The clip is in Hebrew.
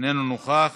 לידי רשות האוכלוסין.